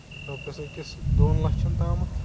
رۄپیَس أکِس دۄن لَچھن تامتھ